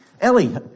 Ellie